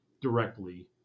directly